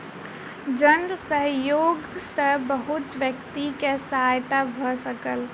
जन सहयोग सॅ बहुत व्यक्ति के सहायता भ सकल